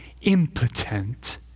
impotent